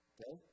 Okay